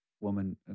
woman